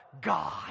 God